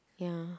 ya